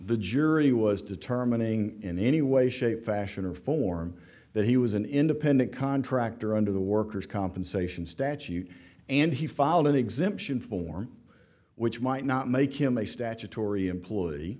the jury was determining in any way shape fashion or form that he was an independent contractor under the worker's compensation statute and he filed an exemption form which might not make him a statutory employee